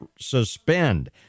suspend